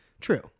true